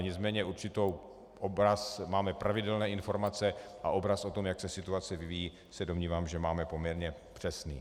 Nicméně určitou oblast máme pravidelné informace, a obraz o tom, jak se situace vyvíjí, domnívám se, že máme poměrně přesný.